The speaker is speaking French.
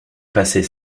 passer